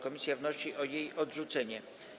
Komisja wnosi o jej odrzucenie.